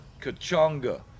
Kachunga